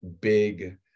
big